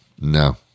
no